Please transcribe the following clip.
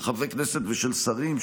של חברי כנסת ושל שרים,